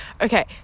Okay